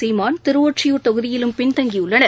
சீமான் திருவொற்றியூர் தொகுதியிலும் பின்தங்கியுள்ளனர்